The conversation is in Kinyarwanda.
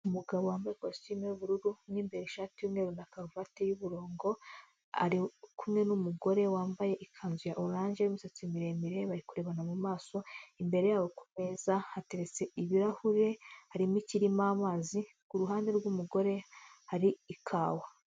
Umugabo wambaye ikositimu y'ubururu mo imbere ishati y'umweru na karuvati y'umurongo, ari kumwe n'umugore wambaye ikanzu ya oranje w'imisatsi miremire, bari kurebana mu maso, imbere yabo ku meza hateretse ibirahure harimo ikirimo amazi. Ku ruhande rw'umugore hari ikawa.